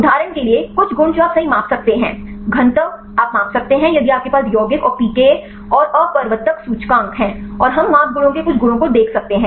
उदाहरण के लिए कुछ गुण जो आप सही माप सकते हैं घनत्व आप माप सकते हैं यदि आपके पास यौगिक और पीकेए और अपवर्तक सूचकांक हैं और हम माप गुणों के कुछ गुणों को देख सकते हैं